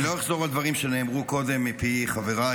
לא אחזור על הדברים שנאמרו קודם מפי חבריי,